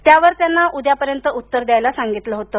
त्यावर त्याना उद्यापर्यंत उत्तर द्यायला सांगितलं होतं